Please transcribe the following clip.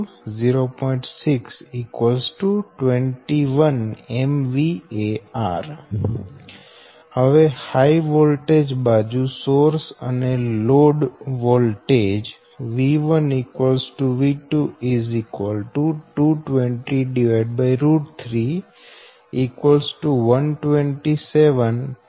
6 21 MVAR હવે high voltage બાજુ source અને લોડ વોલ્ટેજ |V1| | V2| 2203 127